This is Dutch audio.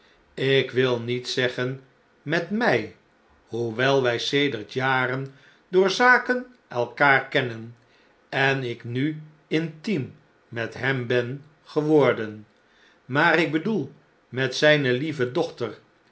ik wil niet zeggen met m y hoewel wjj sedert jaren door zaken elkaar kennen en ik nu intiem met hem ben geworden maar ik bedoel met zgne lieve dochter